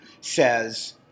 says